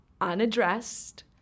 unaddressed